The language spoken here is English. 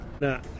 Now